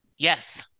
Yes